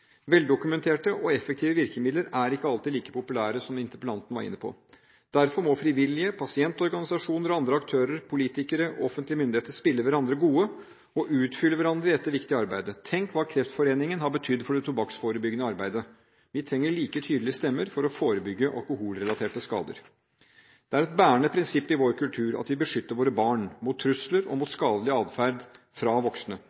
Veldokumenterte og effektive virkemidler er ikke alltid like populære, som interpellanten var inne på. Derfor må frivillige, pasientorganisasjoner og andre aktører, politikere og offentlige myndigheter, spille hverandre gode og utfylle hverandre i dette viktige arbeidet. Tenk hva Kreftforeningen har betydd for det tobakksforebyggende arbeidet! Vi trenger like tydelige stemmer for å forebygge alkoholrelaterte skader. Det er et bærende prinsipp i vår kultur at vi beskytter våre barn – mot trusler og mot skadelig atferd fra voksne.